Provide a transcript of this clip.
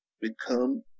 become